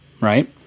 Right